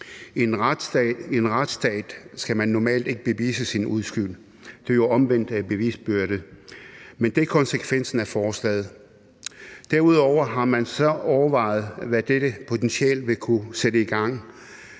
I en retsstat skal man normalt ikke bevise sin uskyld – det er jo omvendt bevisbyrde – men det er konsekvensen af forslaget. Har man derudover overvejet, hvad dette potentielt vil kunne sætte i gang?